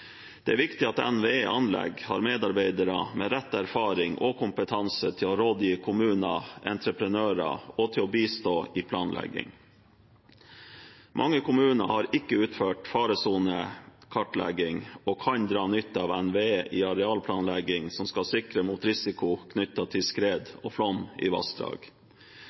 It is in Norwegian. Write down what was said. Det er viktig at NVE Anlegg har medarbeidere med rett erfaring og kompetanse til å gi råd til kommuner og entreprenører og til å bistå i planlegging. Mange kommuner har ikke utført faresonekartlegging og kan dra nytte av NVE i arealplanlegging som skal sikre mot risiko knyttet til skred og flom i vassdrag.